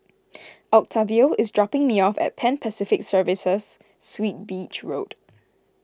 Octavio is dropping me off at Pan Pacific Serviced Suites Beach Road